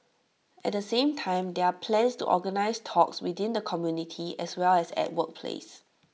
at the same time there are plans to organise talks within the community as well as at workplace